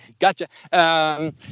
Gotcha